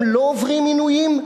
הם לא עוברים עינויים?